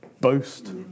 boast